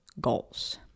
goals